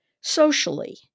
socially